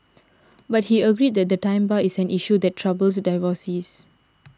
but he agreed that the time bar is an issue that troubles divorcees